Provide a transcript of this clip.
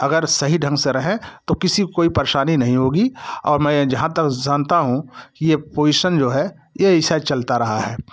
अगर सही ढ़ंग से रहें तो किसी को कोई परेशानी नहीं होगी और मैं जहाँ तक जानता हूँ कि पोजिशन जो है ये ऐसा चलता रहा है